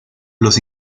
los